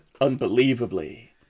unbelievably